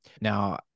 Now